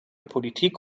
politik